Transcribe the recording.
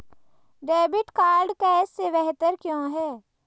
Debit card cash से बेहतर क्यों है?